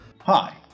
Hi